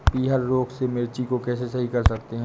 पीहर रोग से मिर्ची को कैसे सही कर सकते हैं?